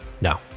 No